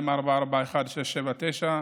402441679,